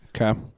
Okay